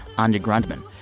anya grundmann.